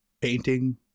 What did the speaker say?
painting